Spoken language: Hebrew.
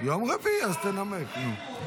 יום רביעי, אז תנמק, נו.